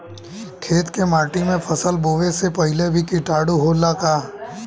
खेत के माटी मे फसल बोवे से पहिले भी किटाणु होला का?